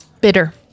Bitter